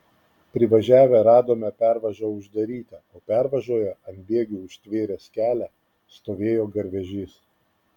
privažiavę radome pervažą uždarytą o pervažoje ant bėgių užtvėręs kelią stovėjo garvežys